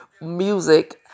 music